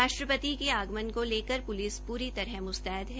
राष्ट्रपति के आगमन से लेकर कर पुलिस पूरी तरह मुस्तैद है